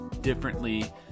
differently